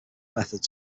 methods